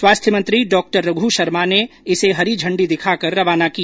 स्वास्थ्य मंत्री डॉ रघ् शर्मा ने इस हरी झण्डी दिखाकर रवाना किया